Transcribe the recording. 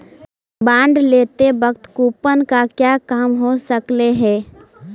bond लेते वक्त coupon का क्या काम हो सकलई हे